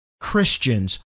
Christians